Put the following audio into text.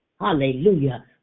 Hallelujah